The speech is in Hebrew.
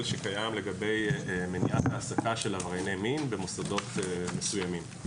שקיים לגבי מניעת העסקה של עברייני מין במוסדות מסוימים.